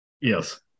yes